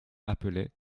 appelait